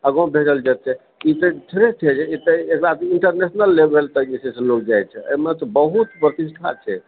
आगाँ भेजल जेतै ई थोड़े छै एकरा इण्टरनेशनल लेवल तक जे छै से लोक जाइ छै एहिमे तऽ बहुत प्रतिष्ठा छै